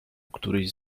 któryś